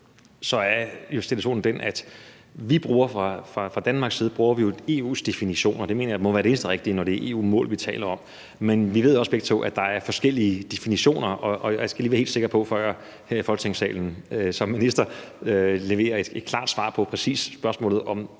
er situationen den, at vi fra Danmarks side bruger EU's definitioner, og det mener jeg må være det eneste rigtige, når det er EU-mål, vi taler om. Men vi ved også begge to, at der er forskellige definitioner, og jeg skal lige være helt sikker på, før jeg som minister her i Folketingssalen leverer et klart og præcist svar på spørgsmålet om